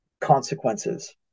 consequences